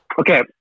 Okay